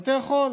ואתה יכול,